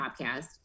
podcast